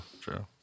true